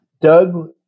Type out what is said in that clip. Doug